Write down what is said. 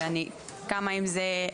שאני קמה עם זה,